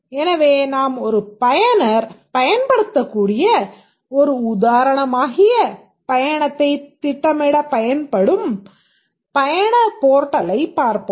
எனவே நாம் ஒரு பயனர் பயன்படுத்தக்கூடிய ஒரு உதாரணமாகிய பயணத்தைத் திட்டமிட பயன்படும் பயண போர்ட்டலைப் பார்ப்போம்